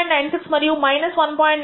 96 మరియు 1